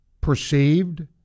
perceived